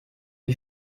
die